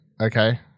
Okay